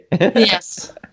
yes